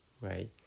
right